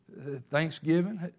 Thanksgiving